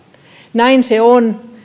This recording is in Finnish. näin se on